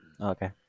Okay